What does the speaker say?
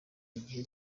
igihe